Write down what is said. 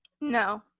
No